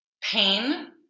pain